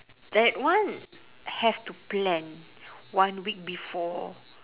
that one have to plan one week before